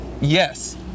yes